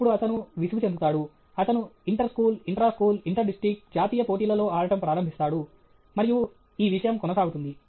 అప్పుడు అతను విసుగు చెందుతాడు అతను inter school intra school inter district జాతీయ పోటీలలో ఆడటం ప్రారంభిస్తాడు మరియు ఈ విషయం కొనసాగుతుంది